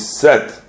set